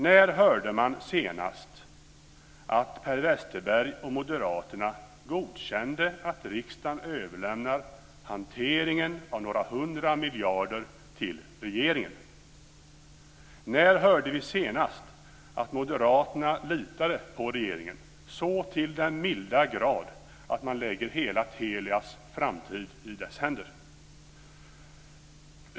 När hörde man senast att Per Westerberg och Moderaterna godkände att riksdagen överlämnar hanteringen av några hundra miljarder till regeringen? När hörde vi senast att Moderaterna litade på regeringen - så till den milda grad att man lägger hela Telias framtid i dess händer?